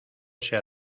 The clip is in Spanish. sea